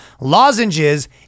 lozenges